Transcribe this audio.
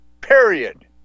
Period